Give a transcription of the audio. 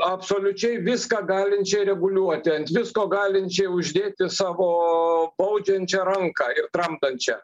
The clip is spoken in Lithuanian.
absoliučiai viską galinčiai reguliuoti ant visko galinčiai uždėti savo baudžiančią ranką ir tramdančią